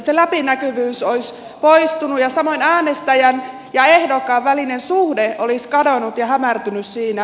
se läpinäkyvyys olisi poistunut ja samoin äänestäjän ja ehdokkaan välinen suhde olisi kadonnut ja hämärtynyt siinä